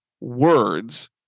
words